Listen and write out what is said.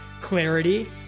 Clarity